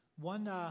One